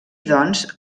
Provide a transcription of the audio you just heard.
doncs